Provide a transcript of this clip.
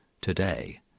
today